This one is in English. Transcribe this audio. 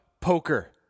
Poker